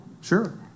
Sure